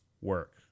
Work